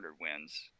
wins